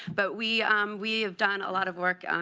but we we have done a lot of work,